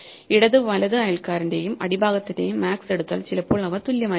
ഇടത് വലത് അയൽക്കാരന്റെയും അടിഭാഗത്തിന്റെയും മാക്സ് എടുത്താൽ ചിലപ്പോൾ അവ തുല്യമായിരിക്കാം